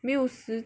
没有时